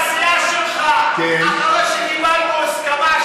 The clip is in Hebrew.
אחרי שקיבלנו הסכמה,